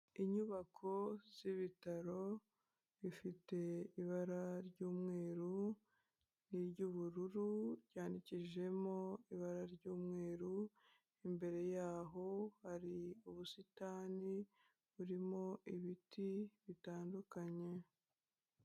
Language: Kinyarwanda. Inyubako z'ibitaro bifite ibara ry'umweru n'iry'ubururu, ryandikishijemo ibara ry'umweru, imbere yaho hari ubusitani burimo ibiti bitandukanye.